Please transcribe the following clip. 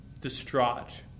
distraught